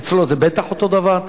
אצלו זה בטח אותו הדבר.